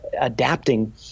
adapting